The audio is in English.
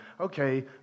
Okay